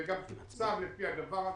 וגם תוקצב לפי הדבר הזה.